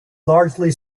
largely